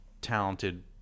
talented